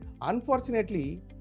unfortunately